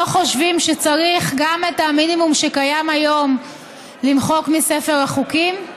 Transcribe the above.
חושבים שצריך גם את המינימום שקיים היום למחוק מספר החוקים.